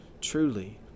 Truly